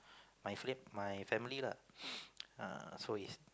my fa~ my family lah err so is